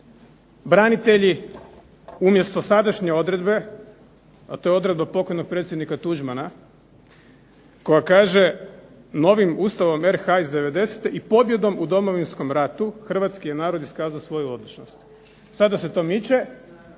Branitelji umjesto sadašnje odredbe, a to je odredba pokojnog predsjednika Tuđmana koja kaže: "novim Ustavom RH iz '90.-te i pobjedom u Domovinskom ratu hrvatski je narod iskazao svoju odlučnost". Sada se to miče